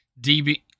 DB